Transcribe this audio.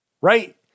right